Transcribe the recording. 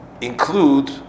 include